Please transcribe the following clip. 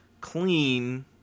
clean